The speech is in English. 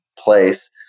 place